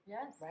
Yes